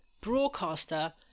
broadcaster